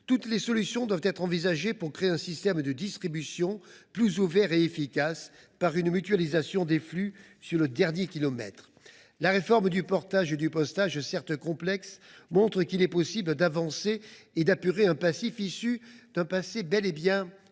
Toutes les solutions doivent être envisagées pour créer un système de distribution plus ouvert et efficace, par une mutualisation des flux sur le « dernier kilomètre ». La réforme du portage et du postage, certes complexe, montre qu’il est possible d’avancer et d’apurer un passif issu d’un passé bel et bien révolu.